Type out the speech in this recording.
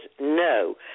no